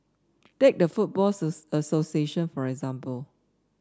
take the football association for example